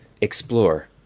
explore